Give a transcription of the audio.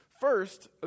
First